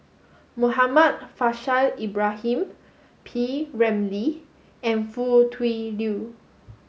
Muhammad Faishal Ibrahim P Ramlee and Foo Tui Liew